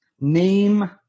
Name